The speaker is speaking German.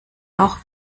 auch